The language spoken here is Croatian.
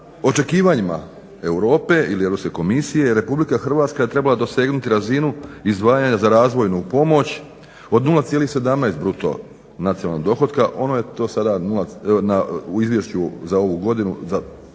očekivanjima Europe ili Europske komisije Republika Hrvatska je trebala dosegnuti razinu izdvajanja za razvojnu pomoć od 0,17 bruto nacionalnog dohotka. Ono je to sada u izvješću za ovu godinu